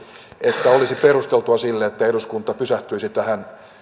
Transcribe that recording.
että olisi perusteltua että eduskunta pysähtyisi näihin